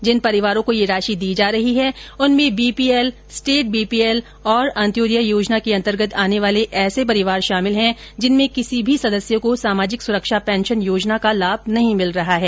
जिन परिवारों को यह राशि दी जा रही है उनमें बीपीएल स्टेट बीपीएल और अन्त्योदय योजना के अन्तर्गत आने वाले ऐसे परिवार शामिल हैं जिनमें किसी भी सदस्य को सामाजिक सुरक्षा पेंशन योजना का लाभ नहीं मिल रहा है